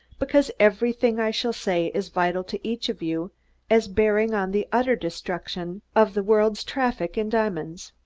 because everything i shall say is vital to each of you as bearing on the utter destruction of the world's traffic in diamonds.